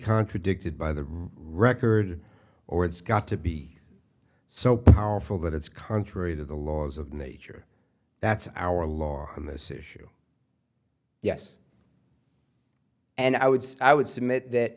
contradicted by the record or it's got to be so powerful that it's contrary to the laws of nature that's our law on this issue yes and i would say i would s